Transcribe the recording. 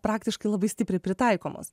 praktiškai labai stipriai pritaikomos